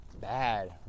Bad